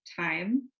time